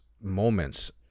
moments